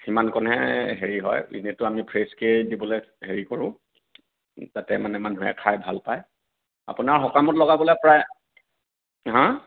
সিমানকনহে হেৰি হয় এনেইটো আমি ফ্ৰেছকেই দিবলৈ হেৰি কৰোঁ যাতে মানে মানুহে খাই ভাল পায় আপোনাৰ সকামত লগাবলৈ প্ৰায় কি ক'লে